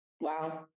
Wow